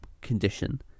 condition